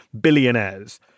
billionaires